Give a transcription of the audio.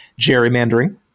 gerrymandering